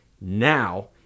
now